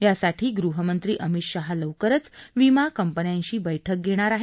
यासाठी गृहमंत्री अमित शहा लवकरच विमा कंपन्यांची बैठक धेणार आहेत